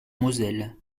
moselle